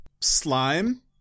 slime